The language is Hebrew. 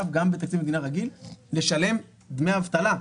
גם בתקציב מדינה רגיל לשלם דמי אבטלה,